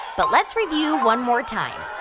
but let's review one more time.